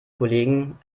kollegen